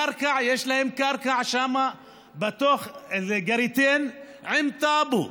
קרקע, יש להם קרקע שם באל-גריטן עם טאבו,